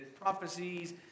prophecies